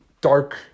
dark